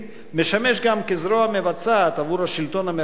משמש גם זרוע מבצעת עבור השלטון המרכזי